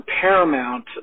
Paramount